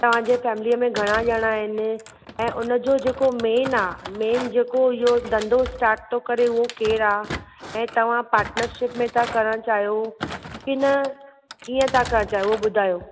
तव्हां जे फ़ैमिलीअ में घणा ॼणा आहिनि ऐं उन जो जेको मेन आहे मेन जेको इहो धंधो स्टार्ट थो करे उहो केरु आहे ऐं तव्हां पार्टनरशिप में था करण चाहियो कीन कीअं था करण चाहियो उहो ॿुधायो